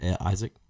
Isaac